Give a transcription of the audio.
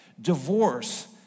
divorce